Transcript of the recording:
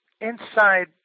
inside